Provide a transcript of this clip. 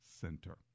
Center